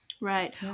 Right